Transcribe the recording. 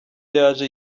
yaje